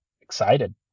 excited